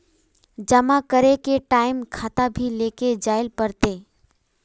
जमा करे के टाइम खाता भी लेके जाइल पड़ते?